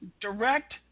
direct